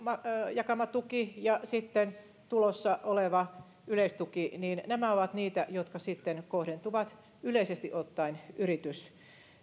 jakama tuki ja sitten tulossa oleva yleistuki ovat niitä jotka sitten kohdentuvat yleisesti ottaen